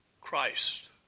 Christ